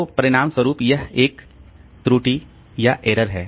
तो परिणामस्वरुप यह एक त्रुटि है